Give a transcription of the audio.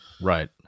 right